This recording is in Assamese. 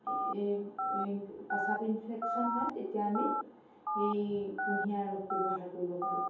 পেচাব ইনফেকশ্যন হয় তেতিয়া আমি সেই কুঁহিয়াৰ ৰস ব্যৱহাৰ কৰিব পাৰোঁ